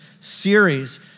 series